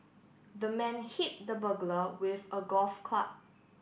the man hit the burglar with a golf club